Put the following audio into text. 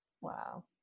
Wow